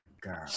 girl